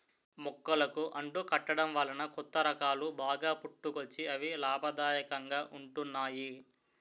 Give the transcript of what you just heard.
మొక్కలకు అంటు కట్టడం వలన కొత్త రకాలు బాగా పుట్టుకొచ్చి అవి లాభదాయకంగా ఉంటున్నాయి